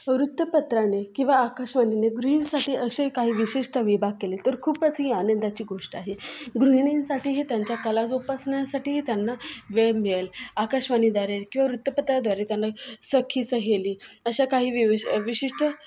वृत्तपत्राने किंवा आकाशवाणीने गृहिणीसाठी असे काही विशिष्ट विभाग केले तर खूपच ही आनंदाची गोष्ट आहे गृहिणींसाठी हे त्यांच्या कला जोपासण्यासाठीही त्यांना वेळ मिळेल आकाशवाणीद्वारे किंवा वृत्तपत्राद्वारे त्यांना सखी सहेली अशा काही विवि विशिष्ट